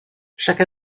chaque